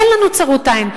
אין לנו צרות עין.